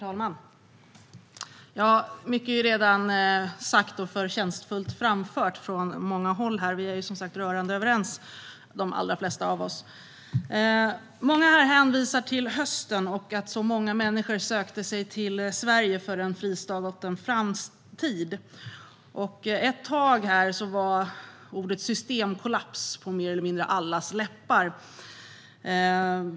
Herr talman! Mycket är redan sagt och förtjänstfullt framfört från många håll. De allra flesta av oss är som sagt rörande överens. Många här hänvisar till hösten och att så många människor sökte sig till Sverige för att få en fristad och en framtid. Ett tag var ordet systemkollaps på i stort sett allas läppar.